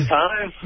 time